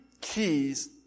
keys